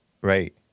Right